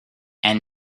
and